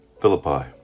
Philippi